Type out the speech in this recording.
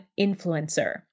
influencer